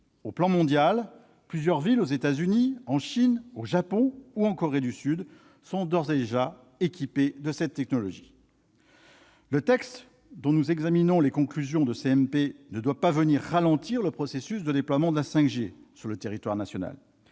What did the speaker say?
Au plan mondial, plusieurs villes aux États-Unis, en Chine, au Japon ou en Corée du Sud sont d'ores et déjà équipées de cette technologie. Le texte dont nous examinons les conclusions de la CMP ne doit pas venir ralentir le processus de déploiement de la 5G sur le territoire national.